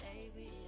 baby